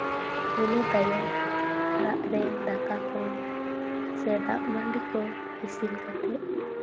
ᱤᱱᱟᱹ ᱛᱟᱭᱚᱢ ᱚᱲᱟᱜ ᱨᱮ ᱫᱟᱠᱟ ᱠᱚ ᱥᱮ ᱫᱟᱜᱢᱟᱹᱰᱤ ᱠᱚ ᱤᱥᱤᱱ ᱠᱟᱛᱮᱫ